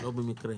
ולא במקרה.